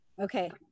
okay